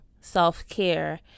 self-care